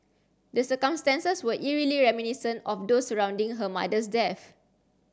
the circumstances were eerily reminiscent of those surrounding her mother's death